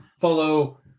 follow